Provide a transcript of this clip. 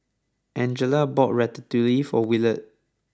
Angela bought Ratatouille for Williard